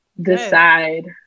decide